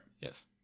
yes